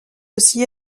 aussi